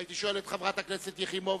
הייתי שואל את חברת הכנסת יחימוביץ,